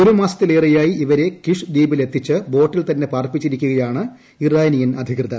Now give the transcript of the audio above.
ഒരുമാസത്തിലേറെയായി ഇവരെ കിഷ് ദ്വീപിലെത്തിച്ച് ബോട്ടിൽ തന്നെ പാർപ്പിച്ചിരിക്കുകയാണ് ഇറാനിയൻ അധികൃതർ